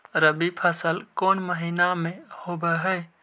रबी फसल कोन महिना में होब हई?